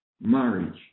marriage